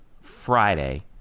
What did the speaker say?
Friday